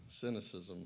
cynicism